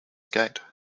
gate